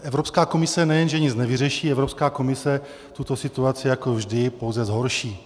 Evropská komise nejen že nic nevyřeší, Evropská komise tuto situaci jako vždy pouze zhorší.